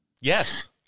Yes